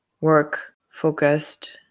work-focused